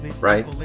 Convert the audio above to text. right